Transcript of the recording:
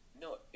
no